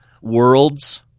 worlds